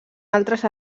altres